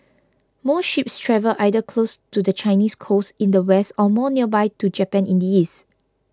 most ships travel either closer to the Chinese coast in the west or more nearby to Japan in the east